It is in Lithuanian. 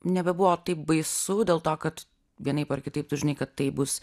nebebuvo taip baisu dėl to kad vienaip ar kitaip tu žinai kad tai bus